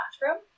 bathroom